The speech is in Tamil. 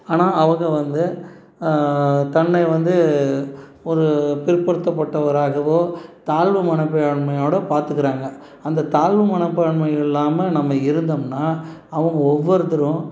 ஆனால் அவங்கள் வந்து தன்னை வந்து ஒரு பிற்படுத்தப்பட்டவராகவோ தாழ்வு மனப்பான்மையோடு பார்த்துக்குறாங்க அந்த தாழ்வு மனப்பான்மை இல்லாமல் நம்ம இருந்தோம்னால் அவங்க ஒவ்வொருத்தரும்